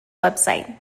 website